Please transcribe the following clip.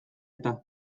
eta